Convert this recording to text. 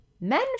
men